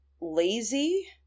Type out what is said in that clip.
lazy